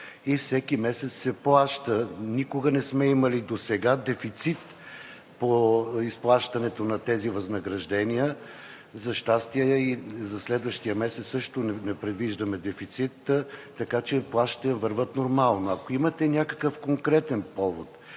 всеки месец се плаща. Никога не сме имали досега дефицит по изплащането на тези възнаграждения. За щастие, и за следващия месец също не предвиждаме дефицит, така че плащанията вървят нормално. Ако имате някакъв конкретен повод